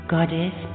Goddess